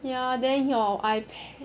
ya then your IPad